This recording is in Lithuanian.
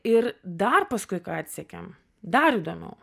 ir dar paskui ką atsekėm dar įdomiau